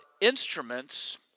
instruments